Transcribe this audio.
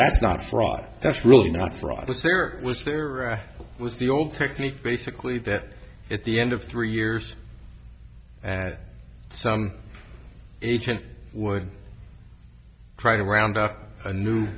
that's not fraud that's really not fraud but there was there was the old technique basically that at the end of three years at some agent would try to round up a new